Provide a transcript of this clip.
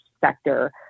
sector